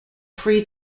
free